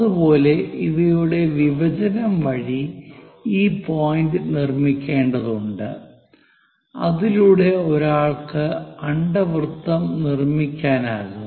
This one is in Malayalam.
അതുപോലെ ഇവയുടെ വിഭജനം വഴി ഈ പോയിന്റ് നിർമ്മിക്കേണ്ടതുണ്ട് അതിലൂടെ ഒരാൾക്ക് അണ്ഡവൃത്തം നിർമിക്കാനാകും